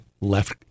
left